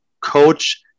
coach